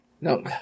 no